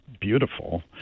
beautiful